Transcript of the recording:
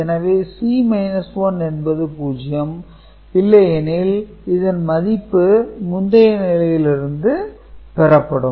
எனவே C 1 என்பது 0 இல்லையெனில் இதன் மதிப்பு முந்தைய நிலையில் இருந்து பெறப்படும்